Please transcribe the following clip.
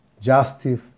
justice